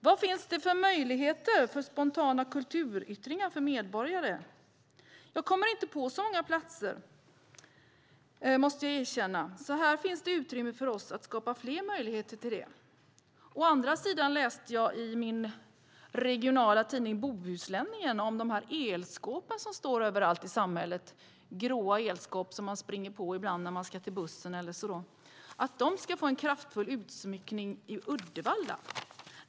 Var finns det möjligheter för spontana kulturyttringar för medborgare? Jag kommer inte på så många platser, måste jag erkänna. Här finns det alltså utrymme för oss att skapa fler möjligheter till det. Å andra sidan läste jag i min regionala tidning Bohusläningen om dessa elskåp som står överallt i samhället - grå elskåp som man springer på ibland när man ska till bussen. De ska nu få en kraftfull utsmyckning i Uddevalla.